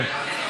מתי,